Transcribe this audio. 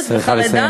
את צריכה לסיים.